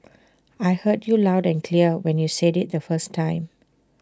I heard you loud and clear when you said IT the first time